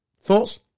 Thoughts